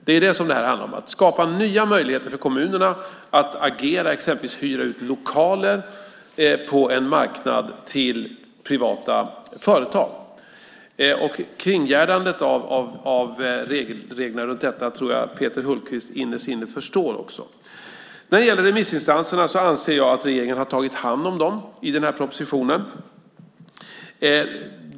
Det är det som det här handlar om, att skapa nya möjligheter för kommunerna att agera, exempelvis hyra ut lokaler på en marknad till privata företag. Reglerna som kringgärdar detta tror jag att Peter Hultqvist innerst inne också förstår. När det gäller remissinstanserna anser jag att regeringen har tagit hand om dem i den här propositionen.